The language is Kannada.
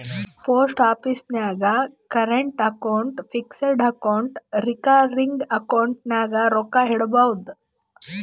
ಪೋಸ್ಟ್ ಆಫೀಸ್ ನಾಗ್ current account, fixed account, recurring account ನಾಗ್ ರೊಕ್ಕಾ ಇಡ್ಬೋದ್